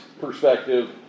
perspective